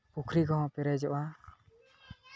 ᱯᱩᱠᱷᱨᱤ ᱠᱚ ᱦᱚᱸ ᱯᱮᱨᱮᱡᱚᱜᱼᱟ